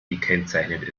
gekennzeichnet